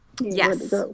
Yes